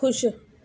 खु़शि